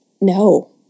no